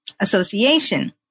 association